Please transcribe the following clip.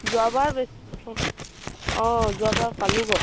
যোৱাবাৰ বেছি অঁ অঁ যোৱাবাৰ পালোঁ